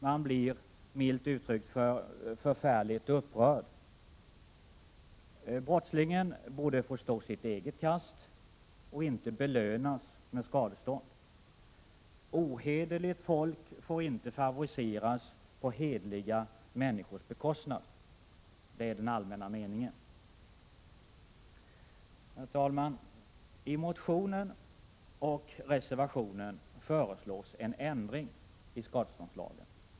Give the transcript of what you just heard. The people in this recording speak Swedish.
Man blir milt uttryckt förfärligt upprörd. Brottslingen borde få stå sitt eget kast och inte ”belönas” med skadestånd. Ohederligt folk får inte favoriseras på hederliga människors bekostnad. Det är den allmänna meningen. Herr talman! I motionen och i reservationen föreslås en ändring i skadeståndslagen.